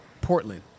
Portland